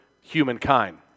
humankind